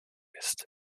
ist